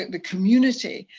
the community,